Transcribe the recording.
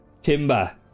Timber